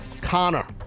Connor